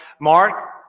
Mark